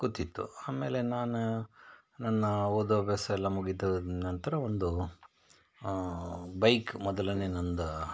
ಗೊತ್ತಿತ್ತು ಆಮೇಲೆ ನಾನು ನನ್ನ ಓದೋಭ್ಯಾಸ ಎಲ್ಲ ಮುಗಿತದೆ ನಂತರ ಒಂದು ಬೈಕ್ ಮೊದಲನೇ ನಂದು